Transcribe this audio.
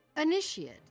Initiate